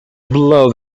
blow